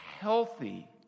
healthy